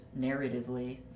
narratively